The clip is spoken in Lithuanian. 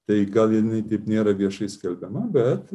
tai gal jinai taip nėra viešai skelbiama bet